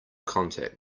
contact